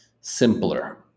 simpler